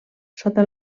sota